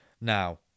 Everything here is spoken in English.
Now